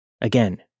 Again